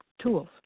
Tools